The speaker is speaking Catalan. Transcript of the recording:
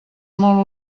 molt